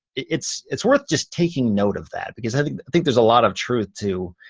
it's it's worth just taking note of that because i think think there's a lot of truth to,